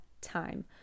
time